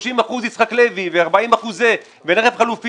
אחוזים יצחק לוי ו-40 אחוזים זה ורכב חלופי,